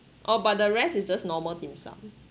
oh but the rest is just normal dim sum